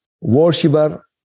worshiper